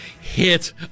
hit